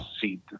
seat